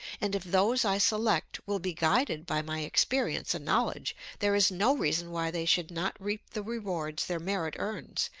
and if those i select will be guided by my experience and knowledge there is no reason why they should not reap the rewards their merit earns,